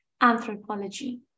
anthropology